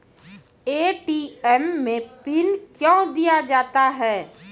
ATM मे pin कयो दिया जाता हैं?